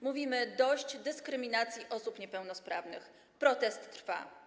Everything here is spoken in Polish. Mówimy: dość dyskryminacji osób niepełnosprawnych, protest trwa.